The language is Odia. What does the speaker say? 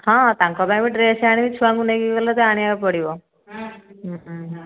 ହଁ ତାଙ୍କ ପାଇଁ ବି ଡ୍ରେସ ଆଣିବି ଛୁଆଙ୍କୁ ନେଇକି ଗଲେ ତ ଆଣିବାକୁ ପଡ଼ିବ